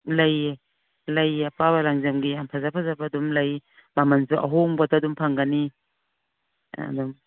ꯂꯩꯌꯦ ꯂꯩꯌꯦ ꯑꯄꯥꯕ ꯂꯪꯖꯝꯒꯤ ꯌꯥꯝ ꯐꯖ ꯐꯖꯕ ꯑꯗꯨꯝ ꯂꯩ ꯃꯃꯜꯁꯨ ꯑꯍꯣꯡꯕꯗ ꯑꯗꯨꯝ ꯐꯪꯒꯅꯤ ꯑꯗꯨꯝ